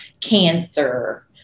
cancer